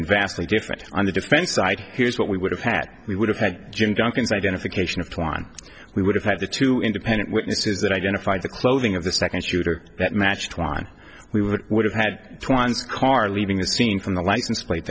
been vastly different on the defense side here's what we would have had we would have had jim duncan's identification of twine we would have had the two independent witnesses that identified the clothing of the second shooter that matched one we would have had twenty car leaving the scene from the license plate